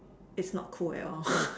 it's not cool at all